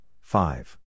five